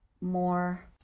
more